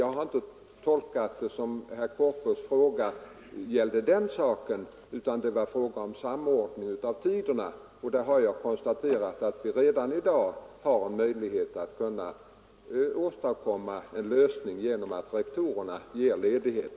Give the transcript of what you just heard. Jag tolkade inte herr Korpås” fråga så att den gällde den saken utan en samordning av tiderna för skolavslutning och inryckning. Där har jag konstaterat att vi i dag kan åstadkomma en lösning genom att rektorerna ger ledighet.